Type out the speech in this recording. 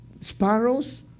sparrows